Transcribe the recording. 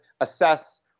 assess